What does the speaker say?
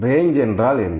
range என்றால் என்ன